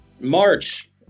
March